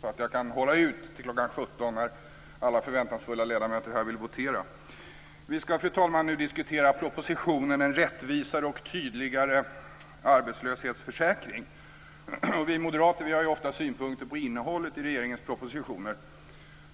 så att jag kan hålla ut till kl. 17 när alla förväntansfulla ledamöter vill votera. Fru talman! Vi ska nu diskutera propositionen En rättvisare och tydligare arbetslöshetsförsäkring. Vi moderater har ofta synpunkter på innehållet i regeringens propositioner.